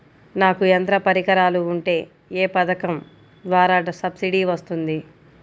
నాకు యంత్ర పరికరాలు ఉంటే ఏ పథకం ద్వారా సబ్సిడీ వస్తుంది?